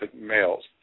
males